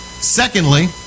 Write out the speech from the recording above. Secondly